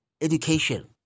education